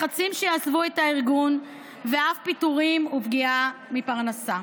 לחצים שיעזבו את הארגון ואף פיטורים ופגיעה בפרנסה.